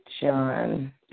John